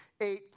eight